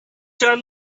turn